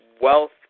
wealth